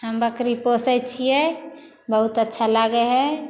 हम बकरी पोसै छियै बहुत अच्छा लागै हइ